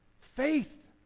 Faith